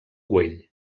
güell